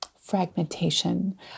fragmentation